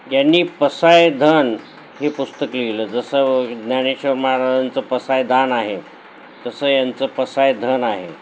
त्यांनी पसायधन हे पुस्तक लिहिलं जसं ज्ञानेश्वर महाराजांचं पसायदान आहे तसं यांचं पसायधन आहे